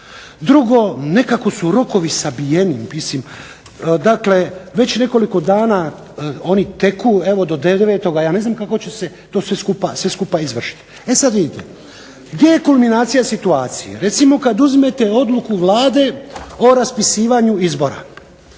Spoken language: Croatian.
Drugo, nekako su rokovi sabijeni. Mislim dakle već nekoliko dana oni teku. Evo do devetoga. Ja ne znam kako će se to sve skupa izvršiti. E sad vidite, gdje je kulminacija situacije. Recimo kad uzmete odluku Vlade o raspisivanju izbora,